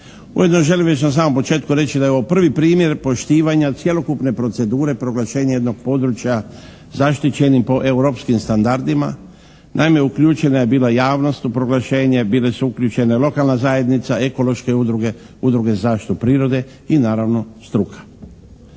Ujedno želim već na samom početku reći da je ovo prvi primjer poštivanja cjelokupne procedure proglašenja jednog područja zaštićenim po europskim standardima. Naime uključena je bila javnost u proglašenje. Bile su uključene lokalna zajednica, ekološke udruge, udruge za zaštitu prirode i naravno struka.